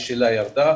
האש שלה ירדה,